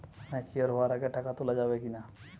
Mature হওয়ার আগে টাকা তোলা যাবে কিনা?